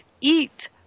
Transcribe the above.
eat